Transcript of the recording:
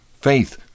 Faith